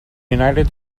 united